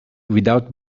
without